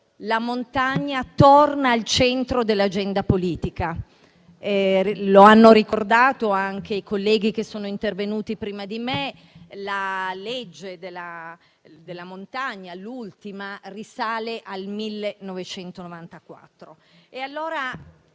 la montagna torna al centro dell'agenda politica. Come infatti hanno ricordato anche i colleghi che sono intervenuti prima di me, l'ultima legge sulla montagna risale al 1994.